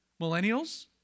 Millennials